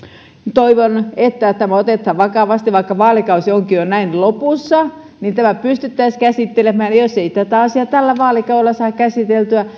toivon että tämä otetaan vakavasti vaikka vaalikausi onkin jo näin lopussa niin tämä pystyttäisiin käsittelemään jos ei tätä asiaa tällä vaalikaudella saada käsiteltyä